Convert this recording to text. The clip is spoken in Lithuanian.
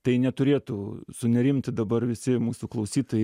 tai neturėtų sunerimti dabar visi mūsų klausytojai